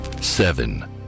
Seven